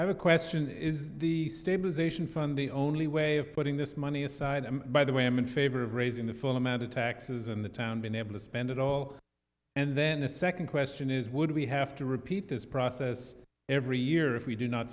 would question is the stabilization fund the only way of putting this money aside by the way i am in favor of raising the full amount of taxes in the town been able to spend it all and then the second question is would we have to repeat this process every year if we do not